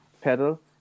Pedal